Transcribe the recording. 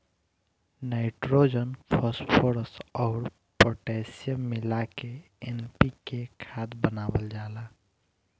nitrogen, phosphorus अउर potassium मिला के एन.पी.के खाद बनावल जाला